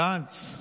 גנץ,